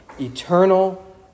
eternal